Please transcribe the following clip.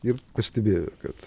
ir pastebėjo kad